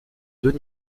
deux